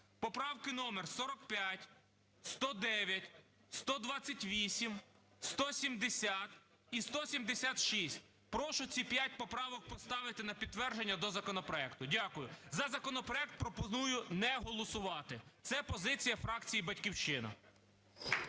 Поправки номер: 45, 109, 128, 170 і 176. Прошу ці п'ять поправок поставити на підтвердження до законопроекту. Дякую. За законопроект пропоную не голосувати – це позиція фракції "Батьківщина".